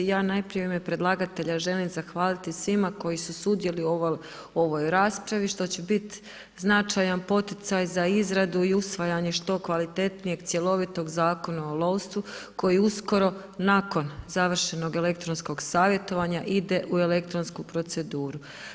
Ja najprije u ime predlagatelja želim zahvaliti svima koji su sudjelovali u ovoj raspravi što će bit značajan poticaj za izradu i usvajanje što kvalitetnijeg, cjelovitog Zakona o lovstvu koji uskoro nakon završenog elektronskog savjetovanja ide u elektronsku proceduru.